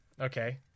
Okay